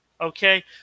okay